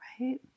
right